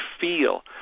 feel